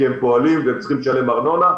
כי הם פועלים והם צריכים לשלם ארנונה.